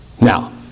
Now